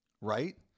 right